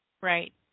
Right